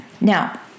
Now